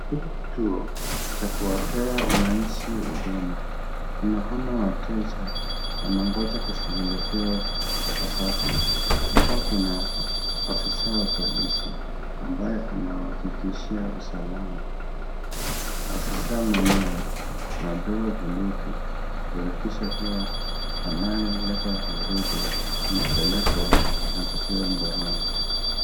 Katika kituo cha kuwapea wananchi huduma. Tunaona wateja wanangoja kushughulikiwa ipasavyo. Hapa Kuna afisa wa polisi ambaye anawahakikishia usalama. Afisa mwenyewe amebeba bunduki kuhakikisha kuwa anayeleta vurugu amepelekwa na kutiwa mbaroni.